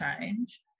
change